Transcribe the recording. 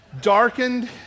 darkened